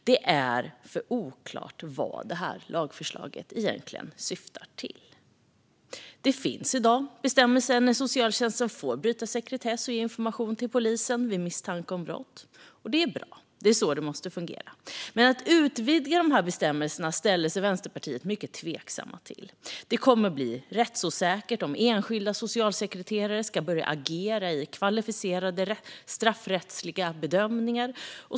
Det är för oklart vad det här lagförslaget egentligen syftar till. Det finns i dag bestämmelser för när socialtjänsten får bryta sekretess och ge polisen information vid misstanke om brott. Det är bra. Det är så det måste fungera. Men att utvidga dessa bestämmelser ställer vi i Vänsterpartiet oss mycket tveksamma till. Det kommer att bli rättsosäkert om enskilda socialsekreterare ska börja agera i kvalificerade straffrättsliga bedömningar.